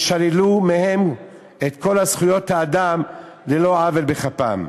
ושללו מהם את כל זכויות האדם ללא עוול בכפם.